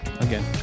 again